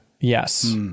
yes